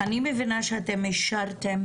אני מבינה שאתם אישרתם